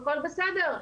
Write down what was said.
הכל בסדר,